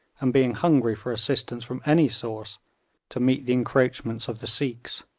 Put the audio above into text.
and being hungry for assistance from any source to meet the encroachments of the sikhs,